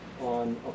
on